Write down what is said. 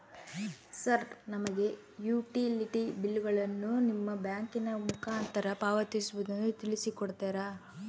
Sir ನಮಗೆ ಈ utility ಬಿಲ್ಲುಗಳನ್ನು ನಿಮ್ಮ ಬ್ಯಾಂಕಿನ ಮುಖಾಂತರ ಪಾವತಿಸುವುದನ್ನು ತಿಳಿಸಿ ಕೊಡ್ತೇರಾ?